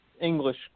English